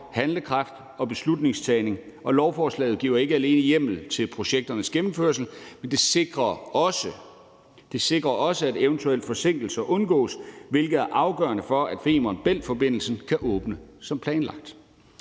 handlekraft og beslutningstagning, og lovforslaget giver ikke alene hjemmel til projekternes gennemførelse, men det sikrer også, at eventuelle forsinkelser undgås, hvilket er afgørende for, at Femern Bælt-forbindelsen kan åbne som planlagt.